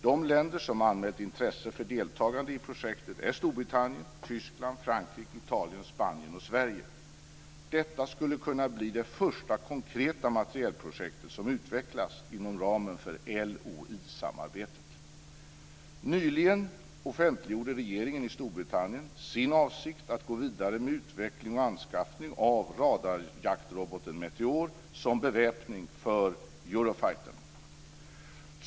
De länder som anmält intresse för deltagande i projektet är Storbritannien, Tyskland, Detta skulle kunna bli det första konkreta materielprojekt som utvecklas inom ramen för LOI samarbetet. Nyligen offentliggjorde regeringen i Storbritannien sin avsikt att gå vidare med utveckling och anskaffning av radarjaktroboten Meteor som beväpning för Eurofighterplanet.